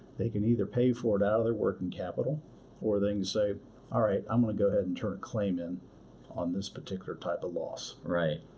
they can either pay for it out of their working capital or they can say, all right, i'm going to go ahead and turn a claim in on this particular type of loss. right.